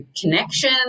connection